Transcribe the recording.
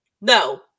No